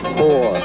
four